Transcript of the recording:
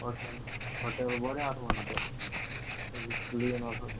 hotel hotel बरें आसा म्हणटा क्लीन आसा